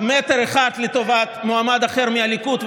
מטר אחד לטובת מועמד אחר מהליכוד,